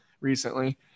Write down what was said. recently